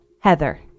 Heather